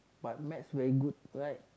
but maths very good right